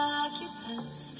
occupants